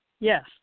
Yes